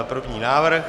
První návrh?